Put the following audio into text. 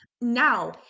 now